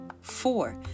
Four